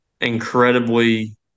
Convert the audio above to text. incredibly